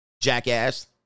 jackass